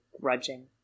grudging